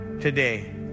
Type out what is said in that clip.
today